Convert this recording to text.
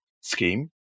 scheme